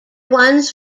ones